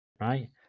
right